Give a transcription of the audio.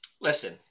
Listen